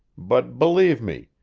but, believe me,